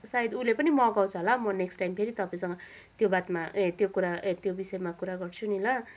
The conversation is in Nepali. सायद उसले पनि मगाउँछ होला म नेक्स्ट टाइम फेरि तपाईँसँग त्यो बातमा ए त्यो कुरा ए त्यो विषयमा कुरा गर्छु नि ल